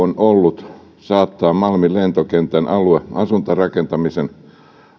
on ollut saattaa malmin lentokentän alue asuntorakentamisen